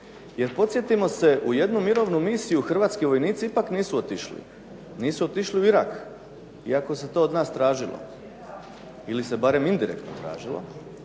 Jer podsjetimo se u jednu mirovnu misiju hrvatski vojnici ipak nisu otišli. Nisu otišli u Irak iako se to od nas tražilo. Ili se barem indirektno tražilo.